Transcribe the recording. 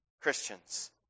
Christians